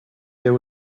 there